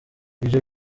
ibyo